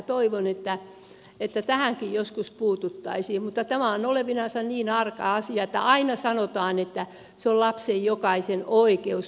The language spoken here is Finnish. toivon että tähänkin joskus puututtaisiin mutta tämä on olevinansa niin arka asia että aina sanotaan että se on jokaisen lapsen oikeus